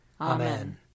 Amen